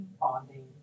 bonding